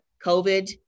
COVID